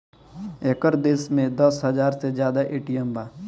एकर देश में दस हाजार से जादा ए.टी.एम बा